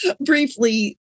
briefly